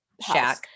shack